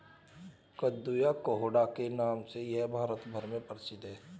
कद्दू या कोहड़ा के नाम से यह भारत भर में प्रसिद्ध है